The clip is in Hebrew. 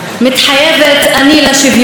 מתחייבת אני לשוויון.